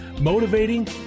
motivating